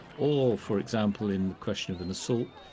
or, for example, in the question of an assault,